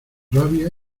rabia